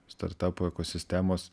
startapų ekosistemos